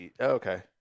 Okay